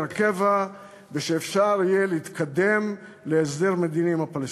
קבע ושאפשר יהיה להתקדם להסדר מדיני עם הפלסטינים.